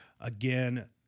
again